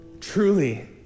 Truly